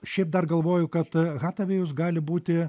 šiaip dar galvoju kad hatavėjus gali būti